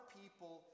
people